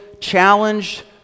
challenged